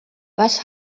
was